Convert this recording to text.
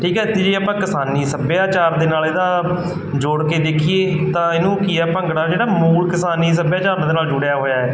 ਠੀਕ ਹੈ ਅਤੇ ਜੇ ਆਪਾਂ ਕਿਸਾਨੀ ਸੱਭਿਆਚਾਰ ਦੇ ਨਾਲ ਇਹਦਾ ਜੋੜ ਕੇ ਦੇਖੀਏ ਤਾਂ ਇਹਨੂੰ ਕੀ ਹੈ ਭੰਗੜਾ ਜਿਹੜਾ ਮੂਲ ਕਿਸਾਨੀ ਸੱਭਿਆਚਾਰ ਦੇ ਨਾਲ ਜੁੜਿਆ ਹੋਇਆ